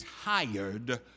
tired